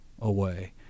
away